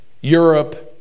Europe